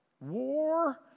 War